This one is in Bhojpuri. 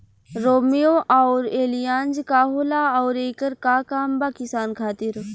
रोम्वे आउर एलियान्ज का होला आउरएकर का काम बा किसान खातिर?